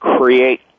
create